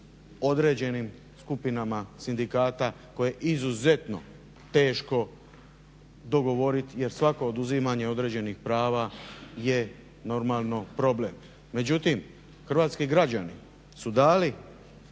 određenim skupinama sindikata koje izuzetno teško dogovoriti jer svako oduzimanje određenih prava je normalno problem. Međutim, hrvatski građani su dali